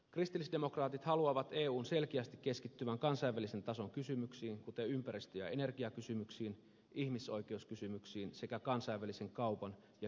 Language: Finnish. kristillisdemokraatit haluavat eun selkeästi keskittyvän kansainvälisen tason kysymyksiin kuten ympäristö ja energiakysymyksiin ihmisoikeuskysymyksiin sekä kansainvälisen kaupan ja kehitysyhteistyön kysymyksiin